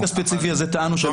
בתיק הספציפי הזה טענו.